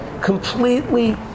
completely